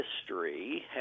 history